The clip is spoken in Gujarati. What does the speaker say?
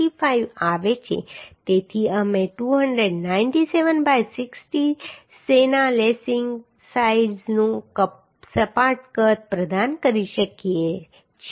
95 આવે છે તેથી અમે 297 બાય 60 સેના લેસિંગ સાઈઝનું સપાટ કદ પ્રદાન કરી શકીએ છીએ